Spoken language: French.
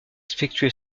effectué